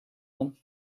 them